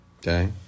Okay